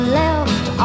left